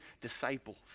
disciples